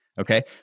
Okay